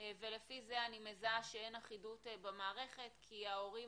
ולפי זה אני מזהה שאין אחידות במערכת כי ההורים